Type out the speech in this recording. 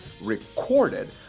recorded